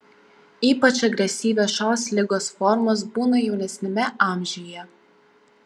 ypač agresyvios šios ligos formos būna jaunesniame amžiuje